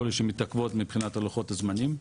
יכול להיות שמתעכבות מבחינת לוחות הזמנים,